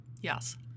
yes